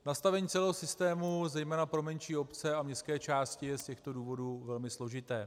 Nastavení celého systému zejména pro menší obce a městské části je z těchto důvodů velmi složité.